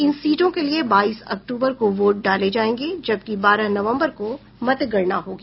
इन सीटों के लिए बाईस अक्टूबर को वोट डाले जायेंगे जबकि बारह नवम्बर को मतगणना होगी